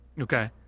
Okay